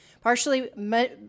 Partially